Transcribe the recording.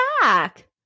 back